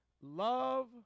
love